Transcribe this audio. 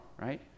right